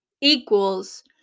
equals